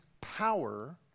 power